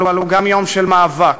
אבל הוא גם יום של מאבק,